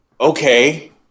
okay